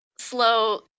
slow